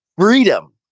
freedom